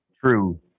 True